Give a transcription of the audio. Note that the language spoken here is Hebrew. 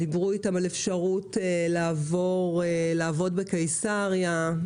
דיברו איתם על אפשרות לעבור לעבוד בקיסריה,